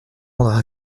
rendre